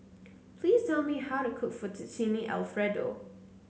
please tell me how to cook Fettuccine Alfredo